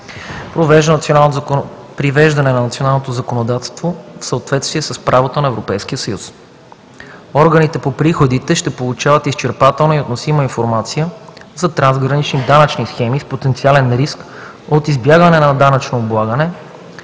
Привеждане на националното законодателство в съответствие с правото на Европейския съюз. - Органите по приходите ще получават изчерпателна и относима информация за трансгранични данъчни схеми с потенциален риск от избягване на данъчно облагане,